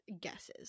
guesses